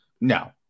no